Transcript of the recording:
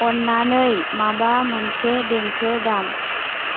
अननानै माबा मोनसे देंखो दाम